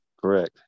correct